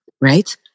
right